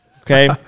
Okay